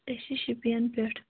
أسۍ چھِ شُپیَن پٮ۪ٹھ